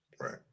Right